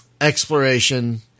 exploration